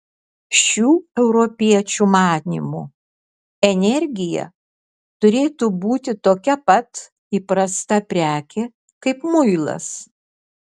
šių europiečių manymu energija turėtų būti tokia pat įprasta prekė kaip muilas